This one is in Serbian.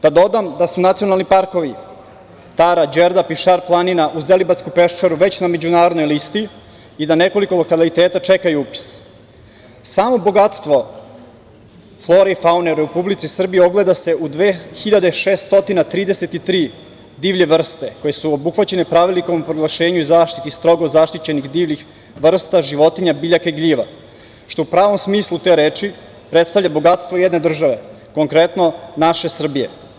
Da dodam da su nacionalni parkovi Tara, Đerdap i Šar planina, uz Deliblatsku peščaru, već na međunarodnoj listi i da nekoliko lokaliteta čeka upis, samo bogatstvo flore i faune u Republici Srbiji ogleda se u 2.633 divlje vrste koje su obuhvaćene Pravilnikom o proglašenju i zaštiti strogo zaštićenih i zaštićenih divljih vrsta životinja, biljaka i gljiva, što u pravom smislu te reči predstavlja bogatstvo jedne države, konkretno naše Srbije.